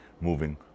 moving